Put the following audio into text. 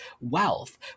wealth